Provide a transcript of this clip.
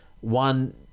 one